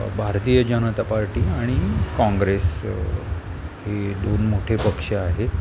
भारतीय जनता पार्टी आणि काँग्रेस हे दोन मोठे पक्ष आहेत